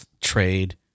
trade